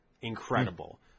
incredible